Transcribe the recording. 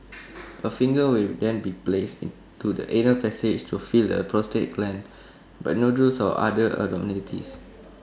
A finger will then be placed into the anal passage to feel the prostate gland but nodules or other abnormalities